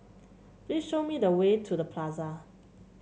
please show me the way to The Plaza